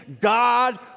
God